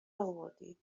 آوردین